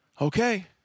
okay